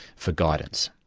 for guidance.